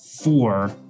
four